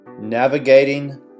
Navigating